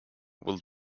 will